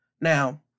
Now